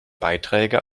beiträge